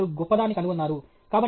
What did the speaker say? వారు గొప్పదాన్ని కనుగొన్నారు